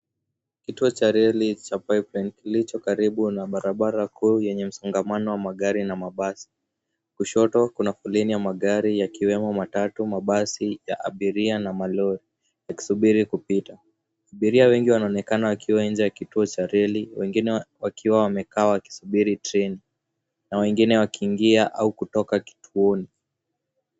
Kituo cha reli cha Pipeline kilicho karibu na barabara kuu yenye msongamano wa magari na mabasi. Kushoto kuna foleni ya magari yakiwemo matatu, mabasi ya abiria na malori yakisubiri kupita. Abiria wengi wanaonekana wakiwa nje ya kituo cha reli, wengine wakiwa wamekaa wakisubiri treni na wengine wakiingia au kutoka kituoni.